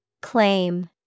Claim